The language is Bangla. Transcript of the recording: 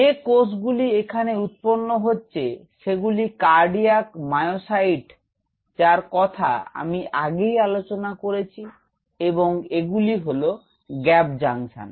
যে কোষ গুলি এখানে উৎপন্ন হচ্ছে সেগুলি কার্ডিয়াক মায়োসাইট যার কথা আমি আগেই আলোচনা করেছি এবং এগুলি হল গ্যাপ জংশন